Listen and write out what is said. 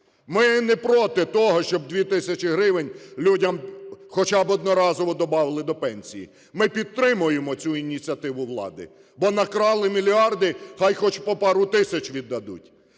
Ми не проти того, щоб 2 тисячі гривень людям хоча б одноразово добавили до пенсії, ми підтримуємо цю ініціативу влади, бо накрали мільярди, хай хоч по пару тисяч віддадуть.